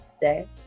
today